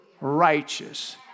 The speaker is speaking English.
righteous